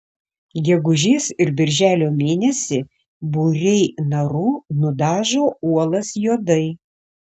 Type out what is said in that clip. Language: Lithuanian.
gegužės ir birželio mėnesį būriai narų nudažo uolas juodai